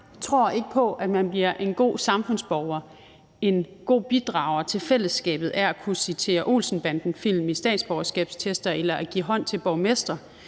Jeg tror ikke på, at man bliver en god samfundsborger, en god bidrager til fællesskabet af at kunne citere Olsen-banden-film i statsborgerskabstester eller af at give hånd til borgmestre.